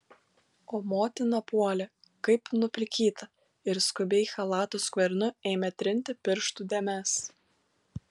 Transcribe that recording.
o motina puolė kaip nuplikyta ir skubiai chalato skvernu ėmė trinti pirštų dėmes